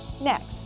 next